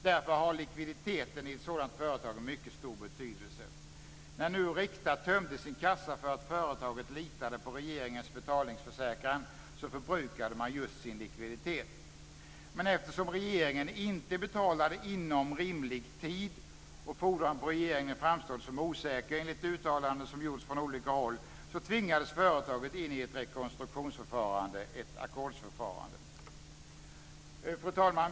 Därför har likviditeten i ett sådant företag mycket stor betydelse. När Rikta tömde sin kassa för att företaget litade på regeringens betalningsförsäkran så förbrukade man just sin likviditet. Men eftersom regeringen inte betalade inom rimlig tid och fordran på regeringen framstod som osäker, enligt de uttalanden som gjorts från olika håll, tvingades företaget in i ett rekonstruktionsförfarande, ett ackordsförfarande. Fru talman!